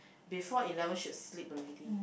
before eleven should sleep already